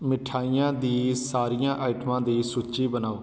ਮਿਠਾਈਆਂ ਦੀ ਸਾਰੀਆਂ ਆਈਟਮਾਂ ਦੀ ਸੂਚੀ ਬਣਾਓ